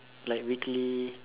like weekly